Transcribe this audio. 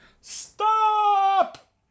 stop